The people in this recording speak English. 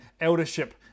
eldership